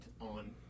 on